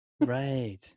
right